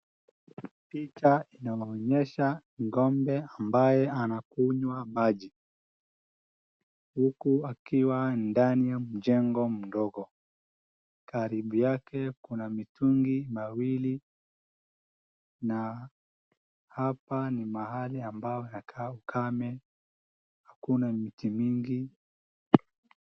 Picha inaonyesha ng'ombe ambaye anakunywa maji, huku akiwa ndani ya mjengo mdogo, karibu yake kuna mitungi mawili, na hapa ni mahali ambao ya kame, hakuna miti mingi.